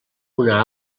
una